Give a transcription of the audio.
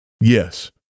Yes